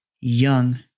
young